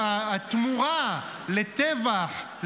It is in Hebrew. התמורה לטבח,